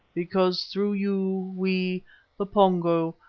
because through you we, the pongo,